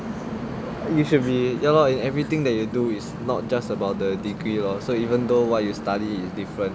you should be ya lor in everything that you do is not just about the degree you know so even though what you study is different